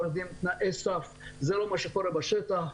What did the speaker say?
תנאי סף זה לא מה שקורה בשטח.